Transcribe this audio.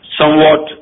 somewhat